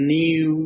new